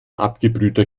abgebrühter